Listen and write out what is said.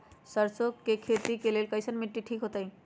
सरसों के खेती के लेल कईसन मिट्टी ठीक हो ताई?